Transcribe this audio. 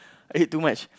I ate too much